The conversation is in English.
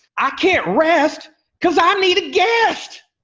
i can't rest cause i need a guest.